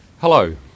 Hello